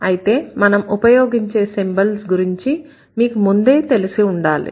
అయితే మనం ఉపయోగించే సింబల్స్ గురించి మీకు ముందే తెలిసి ఉండాలి